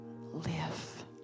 live